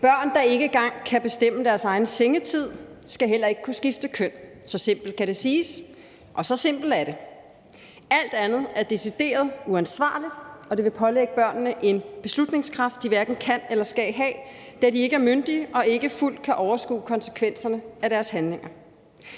Børn, der ikke engang kan bestemme deres egen sengetid, skal heller ikke kunne skifte køn. Så simpelt kan det siges, og så simpelt er det. Alt andet er decideret uansvarligt, og det vil pålægge børnene en beslutningskraft, de hverken kan eller skal have, da de ikke er myndige og ikke fuldt kan overskue konsekvenserne af deres handlinger.